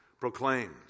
proclaimed